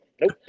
Nope